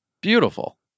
Beautiful